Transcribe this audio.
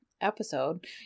episode